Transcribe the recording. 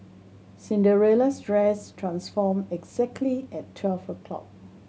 Cinderella's dress transformed exactly at twelve o'clock